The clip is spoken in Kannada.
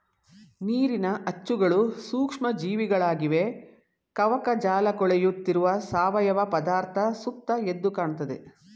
ನೀರಿನ ಅಚ್ಚುಗಳು ಸೂಕ್ಷ್ಮ ಜೀವಿಗಳಾಗಿವೆ ಕವಕಜಾಲಕೊಳೆಯುತ್ತಿರುವ ಸಾವಯವ ಪದಾರ್ಥ ಸುತ್ತ ಎದ್ದುಕಾಣ್ತದೆ